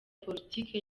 politiki